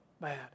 bad